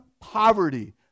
poverty